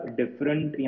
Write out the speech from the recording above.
different